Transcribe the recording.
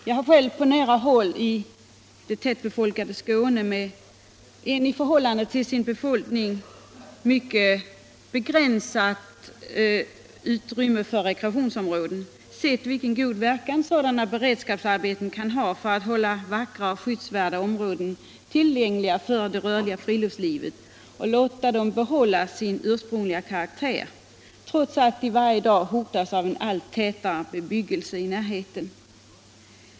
Jag har själv på nära håll i det tätt befolkade Skåne med ett i förhållande till sin befolkning mycket begränsat utrymme för rekreationsområden sett vilken god verkan sådana beredskapsarbeten kan ha för att hålla vackra och skyddsvärda områden tillgängliga för det rörliga friluftslivet och låta dem behålla sin ursprungliga karaktär, trots att de varje dag hotas av en allt tätare bebyggelse i närheten.